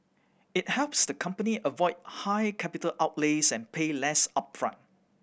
it helps the company avoid high capital outlays and pay less upfront